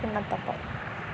kinnathappam